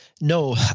no